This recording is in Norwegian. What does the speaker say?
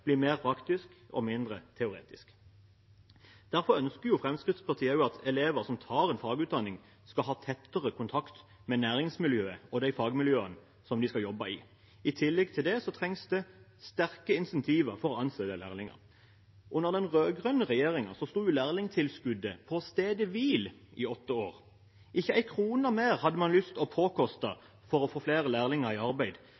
mer praktisk og mindre teoretisk. Derfor ønsker Fremskrittspartiet også at elever som tar en fagutdanning, skal ha tettere kontakt med næringsmiljøet og de fagmiljøene de skal jobbe i. I tillegg til det trengs det sterke insentiver for å ansette lærlinger. Under den rød-grønne regjeringen sto lærlingtilskuddet på stedet hvil i åtte år. Ikke en krone mer hadde man lyst til å gi for å få flere lærlinger i arbeid.